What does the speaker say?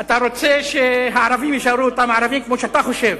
אתה רוצה שהערבים יישארו אותם ערבים כמו שאתה חושב.